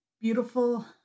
beautiful